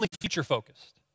future-focused